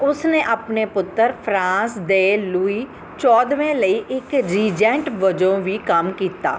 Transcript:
ਉਸ ਨੇ ਆਪਣੇ ਪੁੱਤਰ ਫਰਾਂਸ ਦੇ ਲੂਈ ਚੌਦਵੇਂ ਲਈ ਇੱਕ ਰੀਜੈਂਟ ਵਜੋਂ ਵੀ ਕੰਮ ਕੀਤਾ